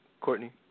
Courtney